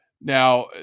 now